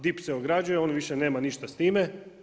DIP se ograđuje on više nema ništa s time.